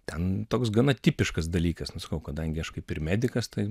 ten toks gana tipiškas dalykas nu sakau kadangi aš kaip ir medikas tai